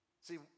See